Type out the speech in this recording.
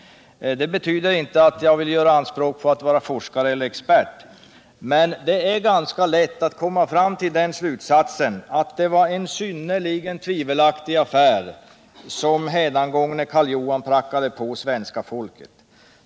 Det betyder inte att jag vill göra anspråk på att vara forskare eller expert, men det var då ganska lätt att komma till slutsatsen att det var en synnerligen tvivelaktig affär som hädangångne Karl Johan prackade på svenska folket!